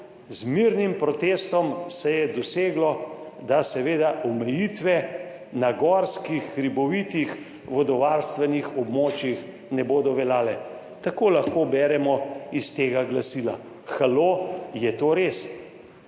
z mirnim protestom se je doseglo, da seveda omejitve na gorskih, hribovitih, vodovarstvenih območjih ne bodo veljale. Tako lahko beremo iz tega glasila. Halo?! Je to res?